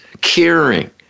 caring